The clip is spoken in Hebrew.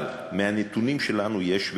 אבל מהנתונים שלנו יש,